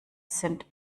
sind